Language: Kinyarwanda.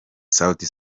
sauti